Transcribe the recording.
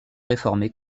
réformée